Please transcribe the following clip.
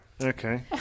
Okay